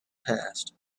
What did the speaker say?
passed